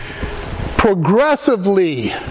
progressively